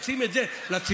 לשים את זה לציבור.